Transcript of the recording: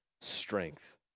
strength